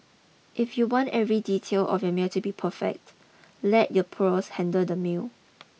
if you want every detail of your meal to be perfect let your pros handle the meal